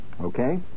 Okay